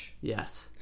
Yes